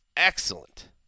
Excellent